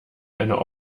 einer